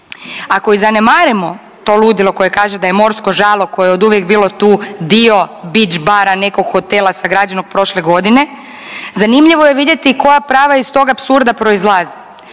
Ako i zanemarimo to ludilo koje kaže da je morsko žalo koje je oduvijek bilo tu dio beach bara nekog hotela sagrađenog prošle godine, zanimljivo je vidjeti koja prava iz tog apsurda proizlaze.